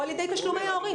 או על ידי תשלומי הורים.